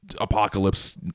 apocalypse